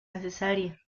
necesaria